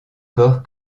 corps